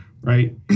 Right